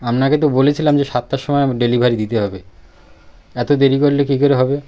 আপনাকে তো বলেছিলাম যে সাতটার সময় ডেলিভারি দিতে হবে এত দেরি করলে কী করে হবে